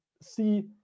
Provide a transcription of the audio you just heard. see